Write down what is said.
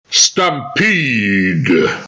Stampede